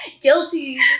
Guilty